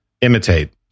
imitate